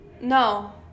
No